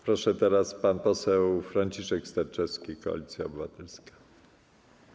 Proszę, teraz pan poseł Franciszek Sterczewski, Koalicja Obywatelska.